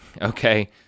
okay